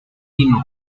pinos